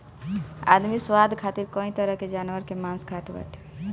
आदमी स्वाद खातिर कई तरह के जानवर कअ मांस खात बाटे